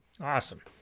Awesome